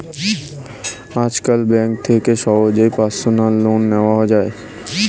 আজকাল ব্যাঙ্ক থেকে সহজেই পার্সোনাল লোন নেওয়া যায়